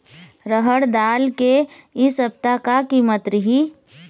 रहड़ दाल के इ सप्ता का कीमत रही?